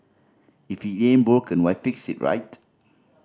if it ain't broken why fix it right